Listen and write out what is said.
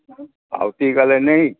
આવતીકાલે નહીં